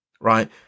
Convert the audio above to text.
right